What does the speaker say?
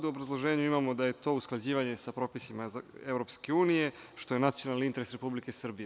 A u obrazloženju imamo da je to usklađivanje sa propisima EU, što je nacionalni interes Republike Srbije.